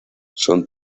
son